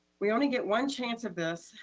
we only get one chance at this.